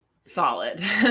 Solid